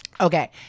Okay